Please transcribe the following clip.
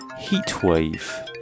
heatwave